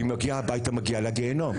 היא מגיעה הביתה היא מגיעה לגיהינום.